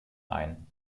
ein